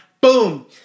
Boom